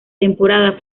temporada